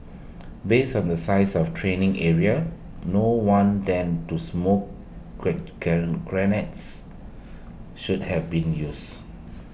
based on the size of the training area no one than two smoke grenades should have been used